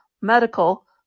medical